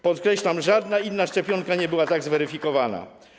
Podkreślam: żadna inna szczepionka nie była tak zweryfikowana.